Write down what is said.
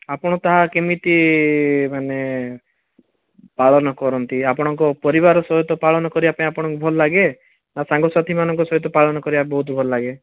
ଆପଣ ତାହା କେମିତି ମାନେ ପାଳନ କରନ୍ତି ଆପଣଙ୍କ ପରିବାର ସହିତ ପାଳନ କରିବାକୁ ଭଲ ଲାଗେ ନା ସାଙ୍ଗସାଥି ମାନଙ୍କ ସହିତ ପାଳନ କରିବାକୁ ବହୁତ ଭଲ ଲାଗେ